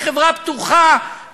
בחברה פתוחה,